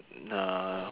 ah